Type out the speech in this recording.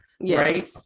right